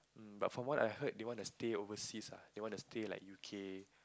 um but from what I've heard they want to stay overseas ah they want to stay like u_k